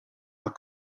are